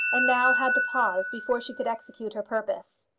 and now had to pause before she could execute her purpose.